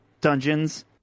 dungeons